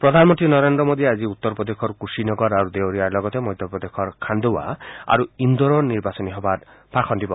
প্ৰধানমন্ত্ৰী নৰেন্দ্ৰ মোদীয়ে আজি উত্তৰ প্ৰদেশৰ কুশি নগৰ আৰু দেওৰীয়াৰ লগতে মধ্যপ্ৰদেশৰ খাণ্ডৱা আৰু ইন্দোৰৰ নিৰ্বাচনী সভাত ভাষণ দিব